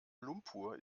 lumpur